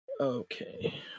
okay